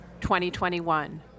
2021